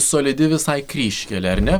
solidi visai kryžkelė ar ne